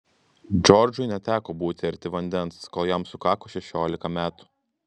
džordžui neteko būti arti vandens kol jam sukako šešiolika metų